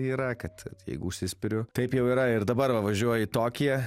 yra kad vat jeigu užsispiriu taip jau yra ir dabar va važiuoju į tokiją